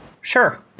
Sure